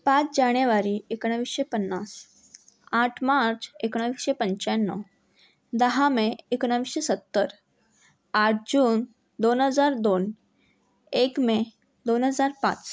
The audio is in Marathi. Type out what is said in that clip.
पाच जाणेवारी एकोणाविसशे पन्नास आठ मार्च एकोणाविसशे पंच्याण्णव दहा मे एकोणाविसशे सत्तर आठ जून दोन हजार दोन एक मे दोन हजार पाच